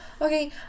Okay